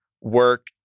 work